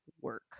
work